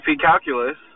calculus